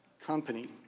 company